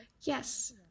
yes